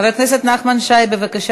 חבר הכנסת נחמן שי, בבקשה.